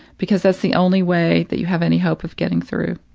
because that's the only way that you have any hope of getting through.